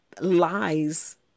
lies